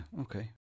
okay